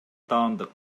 таандык